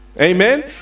Amen